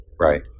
Right